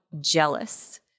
jealous